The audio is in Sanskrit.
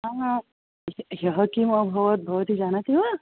सा ह् ह्यः किम् अभवत् भवती जानाति वा